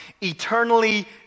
eternally